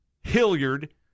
Hilliard